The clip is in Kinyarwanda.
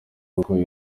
uko